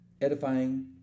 edifying